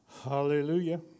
Hallelujah